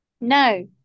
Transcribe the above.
No